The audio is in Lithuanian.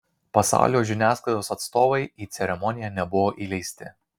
pasaulio žiniasklaidos atstovai į ceremoniją nebuvo įleisti